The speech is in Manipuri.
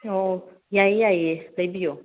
ꯑꯣ ꯌꯥꯏꯌꯦ ꯌꯥꯏꯌꯦ ꯂꯩꯕꯤꯌꯣ